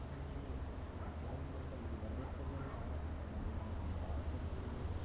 ಆಮೇಲೆ ಕೆಲವೊಂದೆಲ್ಲ ಈ ಹೊರದೇಶದಲ್ಲೆಲ್ಲ ನಮ್ಮ ಭಾರತದಲ್ಲಿ